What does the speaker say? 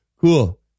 Cool